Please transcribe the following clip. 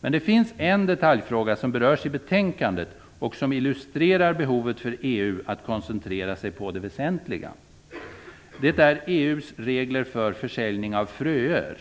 Men det finns en detaljfråga som berörs i betänkandet och som illustrerar behovet för EU att koncentrera sig på det väsentliga. Det är EU:s regler för försäljning av fröer.